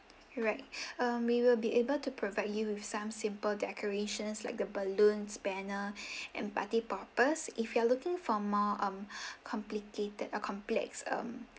alright um we will be able to provide you with some simple decorations like the balloons banner and party purpose if you are looking for more um complicated or complex um